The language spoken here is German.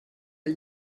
der